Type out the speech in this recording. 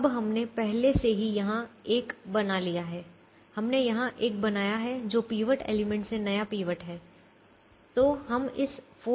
अब हमने पहले से ही यहाँ 1 बना लिया है हमने यहाँ 1 बनाया है जो पिवट एलिमेंट से नया पिवट है